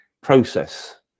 process